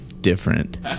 different